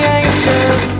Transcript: anxious